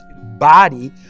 body